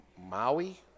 maui